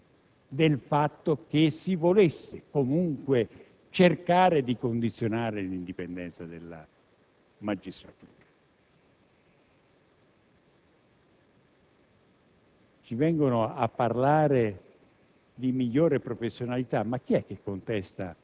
che questo ordinamento giudiziario possa in qualche modo condizionare l'indipendenza della magistratura. È vero che poi si sono fatte delle modifiche, sotto la spinta e soprattutto anche per l'intervento del nostro